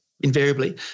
invariably